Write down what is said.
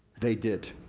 they did.